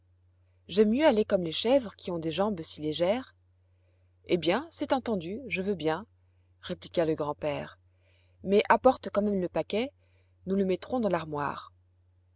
j'aime mieux aller comme les chèvres qui ont des jambes si légères eh bien c'est entendu je veux bien répliqua le grand-père mais apporte quand même le paquet nous le mettrons dans l'armoire